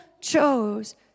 chose